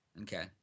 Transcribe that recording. Okay